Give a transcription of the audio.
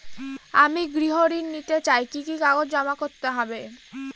আমি গৃহ ঋণ নিতে চাই কি কি কাগজ জমা করতে হবে?